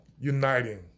uniting